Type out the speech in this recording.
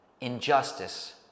injustice